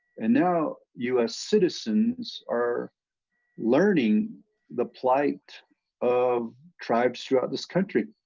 and now u s. citizens are learning the plight of tribes throughout this country.